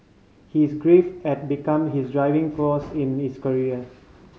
his grief had become his driving force in his career